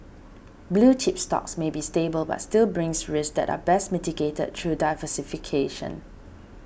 blue chip stocks may be stable but still brings risks that are best mitigated through diversification